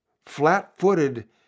flat-footed